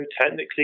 Technically